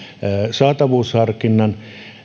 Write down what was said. saatavuusharkinnan